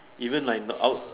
even like out